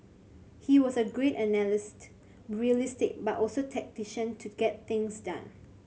he was a great analyst realistic but also tactician to get things done